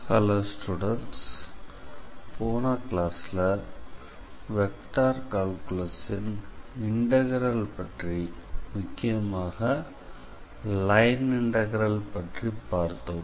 hello students போன கிளாஸில் vector கால்குலஸில் இண்டக்ரல் பற்றி முக்கியமாக லைன் இண்டக்ரல் பற்றி பார்த்தோம்